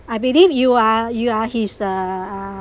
I believe you are you are his uh